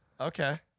okay